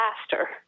faster